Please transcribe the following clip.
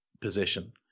position